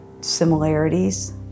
similarities